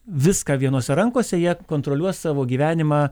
viską vienose rankose jie kontroliuos savo gyvenimą